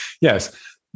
Yes